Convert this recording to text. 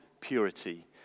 purity